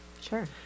Sure